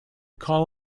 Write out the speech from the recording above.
call